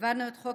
העברנו את חוק